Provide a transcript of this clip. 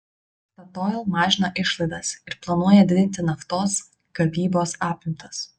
statoil mažina išlaidas ir planuoja didinti naftos gavybos apimtis